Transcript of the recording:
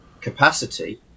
capacity